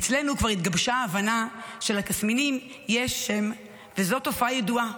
אצלנו כבר התגבשה ההבנה שלתסמינים יש שם וזו תופעה ידועה,